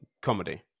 Comedy